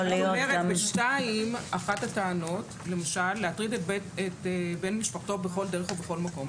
ב-2 אחת הטענות היא למשל להטריד את בן משפחתו בכל דרך ובכל מקום.